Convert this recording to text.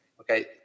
Okay